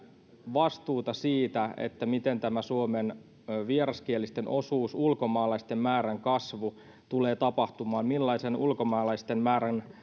vastuuta siitä miten tämä suomen vieraskielisten osuuden ulkomaalaisten määrän kasvu tulee tapahtumaan millaisen ulkomaalaisten määrän